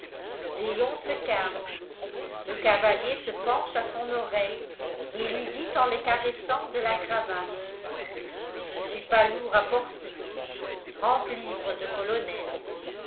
léon se cabre le cavalier se penche à son oreille et lui dit en le caressant de la cravache je ne suis pas lourd à porter trente livres de colonel